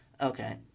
Okay